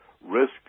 Risk